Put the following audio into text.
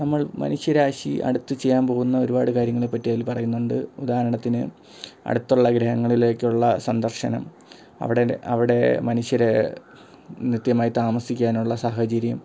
നമ്മൾ മനുഷ്യരാശി അടുത്തു ചെയ്യാൻ പോകുന്ന ഒരുപാട് കാര്യങ്ങളെപ്പറ്റി അതിൽ പറയുന്നുണ്ട് ഉദാഹരണത്തിന് അടുത്തുള്ള ഗ്രഹങ്ങളിലേക്കുള്ള സന്ദർശനം അവിടെ അവിടെ മനുഷ്യർ നിത്യമായി താമസിക്കാനുള്ള സാഹചര്യം